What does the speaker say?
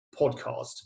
podcast